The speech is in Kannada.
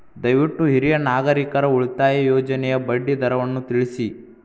ದಯವಿಟ್ಟು ಹಿರಿಯ ನಾಗರಿಕರ ಉಳಿತಾಯ ಯೋಜನೆಯ ಬಡ್ಡಿ ದರವನ್ನು ತಿಳಿಸಿ